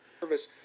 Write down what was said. Service